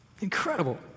Incredible